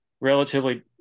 relatively